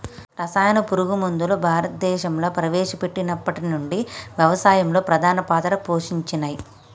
రసాయన పురుగు మందులు భారతదేశంలా ప్రవేశపెట్టినప్పటి నుంచి వ్యవసాయంలో ప్రధాన పాత్ర పోషించినయ్